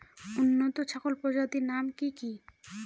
উন্নত ছাগল প্রজাতির নাম কি কি?